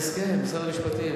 שר המשפטים